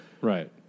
Right